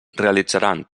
realitzaran